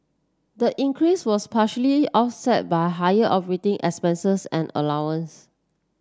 the increase was partly offset by higher expenses and allowances